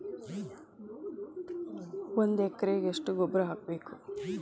ಒಂದ್ ಎಕರೆಗೆ ಎಷ್ಟ ಗೊಬ್ಬರ ಹಾಕ್ಬೇಕ್?